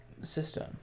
system